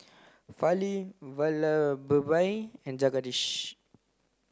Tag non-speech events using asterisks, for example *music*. Fali *unintelligible* and Jagadish